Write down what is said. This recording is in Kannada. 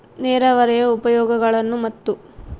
ನೇರಾವರಿಯ ಉಪಯೋಗಗಳನ್ನು ಮತ್ತು?